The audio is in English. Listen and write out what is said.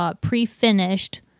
pre-finished